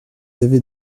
avez